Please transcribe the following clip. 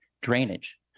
Drainage